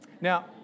Now